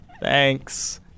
Thanks